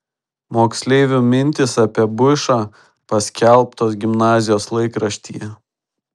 moksleivių mintys apie buišą paskelbtos gimnazijos laikraštyje